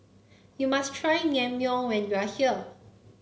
you must try Naengmyeon when you are here